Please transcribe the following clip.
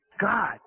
God